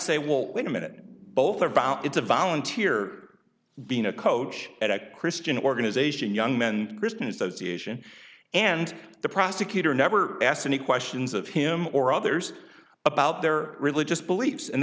say well wait a minute both about it's a volunteer being a coach at a christian organization young men christian association and the prosecutor never asked any questions of him or others about their religious beliefs and